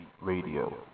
Radio